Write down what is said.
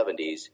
1970s